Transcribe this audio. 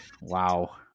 Wow